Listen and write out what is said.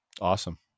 Awesome